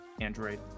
Android